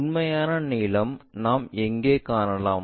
உண்மையான நீளம் நாம் எங்கே காணலாம்